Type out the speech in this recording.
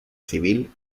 civil